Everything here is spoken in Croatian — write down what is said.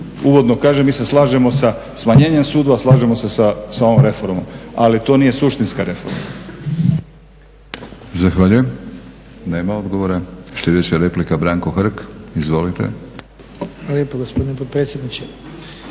uvodno kažem, mi se slažemo sa smanjenjem sudova, slažemo se sa ovom reformom ali to nije suštinska reforma.